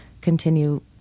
continue